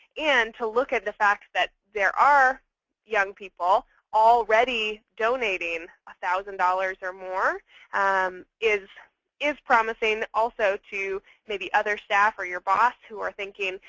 and to look at the fact that there are young people already donating one ah thousand dollars or more um is is promising also to maybe other staff or your boss who are thinking,